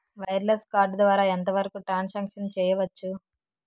Wireless card ద్వారా ఎంత వరకు ట్రాన్ సాంక్షన్ చేయవచ్చు?